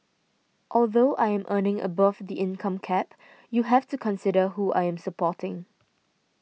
although I am earning above the income cap you have to consider who I am supporting